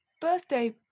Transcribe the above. birthday